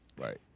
right